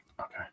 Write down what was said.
Okay